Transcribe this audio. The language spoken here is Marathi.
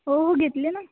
हो घेतले ना